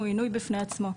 הוא עינוי בפני עצמו.